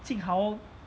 jing hao